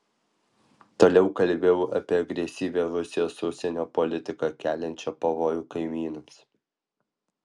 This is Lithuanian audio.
toliau kalbėjau apie agresyvią rusijos užsienio politiką keliančią pavojų kaimynams